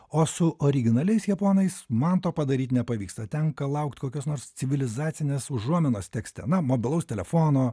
o su originaliais japonais man to padaryti nepavyksta tenka laukti kokios nors civilizacinės užuominos tekste na mobilaus telefono